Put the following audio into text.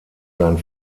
sein